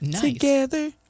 Together